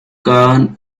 caan